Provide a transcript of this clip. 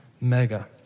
mega